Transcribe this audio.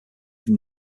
from